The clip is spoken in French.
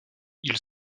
ils